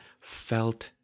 felt